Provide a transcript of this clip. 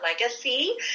legacy